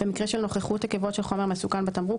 4.2. במקרה של נוכחות עקבות של חומר מסוכן בתמרוק,